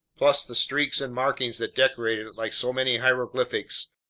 plus the streaks and markings that decorated it like so many hieroglyphics,